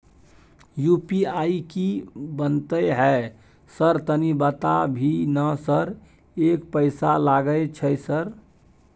UPI की बनते है सर तनी बता भी ना सर एक पैसा लागे छै सर?